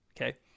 okay